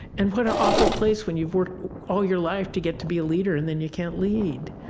and what an awful place when you've worked all your life to get to be a leader and then you can't lead.